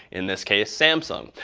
in this case, samsung.